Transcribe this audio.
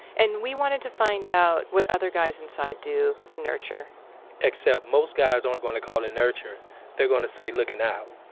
and we wanted to find out what other guys inside do to nurture except most guys aren't going to call it nurturing they're gonna say looking out.